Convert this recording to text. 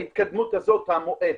ההתקדמות הזאת המואצת,